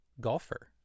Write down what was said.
golfer